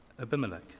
Abimelech